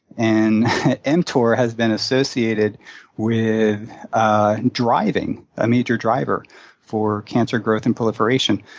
and mtor has been associated with ah driving, a major driver for cancer growth and proliferation.